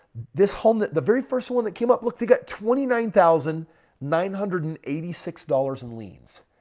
this home that the very first one that came up look they got twenty nine thousand nine hundred and eighty six dollars in liens.